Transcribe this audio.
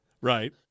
Right